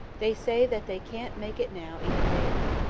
they say that they can't make it now even there.